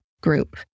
group